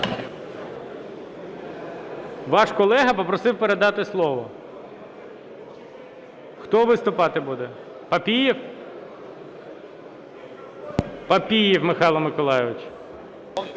Ваш колега попросив передати слово. Хто виступати буде, Папієв? Папієв Михайло Миколайович.